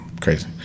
Crazy